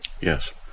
Yes